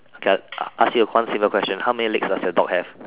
okay I ask you one simple question how many legs does your dog have